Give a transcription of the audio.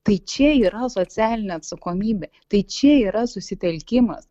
tai čia yra socialinė atsakomybė tai čia yra susitelkimas